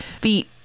feet